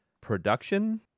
production